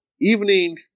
evening